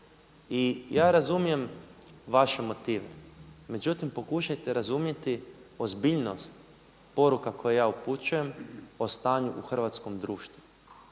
I ja razumijem vaše motive, međutim pokušajte razumjeti ozbiljnost poruka koje ja upućujem o stanju u hrvatskom društvu